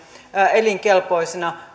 elinkelpoisina